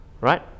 Right